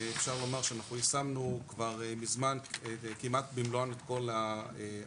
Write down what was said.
אפשר לומר שאנחנו יישמנו כבר מזמן את כמעט במלואן את כל ההמלצות.